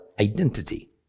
identity